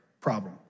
problem